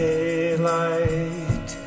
Daylight